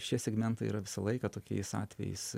šie segmentai yra visą laiką tokiais atvejais